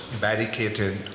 barricaded